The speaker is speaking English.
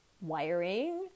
wiring